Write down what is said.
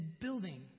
building